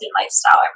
lifestyle